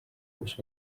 kus